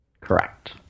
Correct